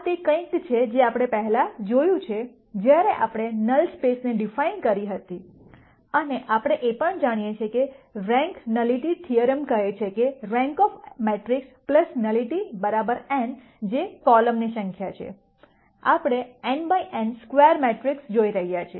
આ તે કંઈક છે જે આપણે પહેલાં જોયું છે જ્યારે આપણે નલ સ્પેસને ડિફાઇન કરી હતી અને આપણે એ પણ જાણીએ છીએ કે રેન્ક નલિટી થીયરમ કહે છે rank of matrix nullity n જે કોલમની સંખ્યા છે આપણે n by n square matrix જોઈ રહ્યા છે